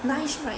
nice right